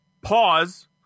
Pause